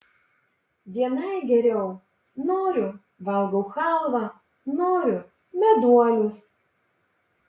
vienai geriau noriu valgau chalvą noriu meduolius